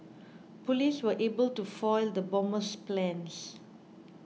police were able to foil the bomber's plans